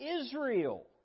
Israel